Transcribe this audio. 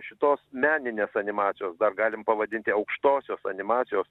šitos meninės animacijos dar galim pavadinti aukštosios animacijos